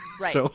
right